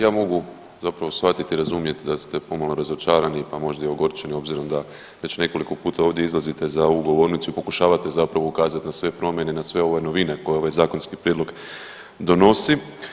Ja mogu zapravo shvatiti, razumjeti da ste pomalo razočarani, pa možda i ogorčeni obzirom da već nekoliko puta ovdje izlazite za ovu govornicu i pokušavate zapravo ukazati na sve promjene, na sve ove novine koje ovaj zakonski prijedlog donosi.